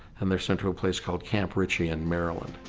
and they're sent to a place called camp ritchie in maryland.